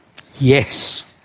yes!